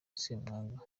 ssemwanga